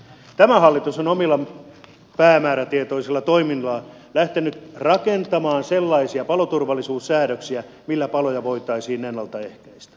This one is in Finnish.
tämä hallitus on omilla päämäärätietoisilla toimillaan lähtenyt rakentamaan sellaisia paloturvallisuussäädöksiä millä paloja voitaisiin ennaltaehkäistä